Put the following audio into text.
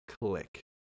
click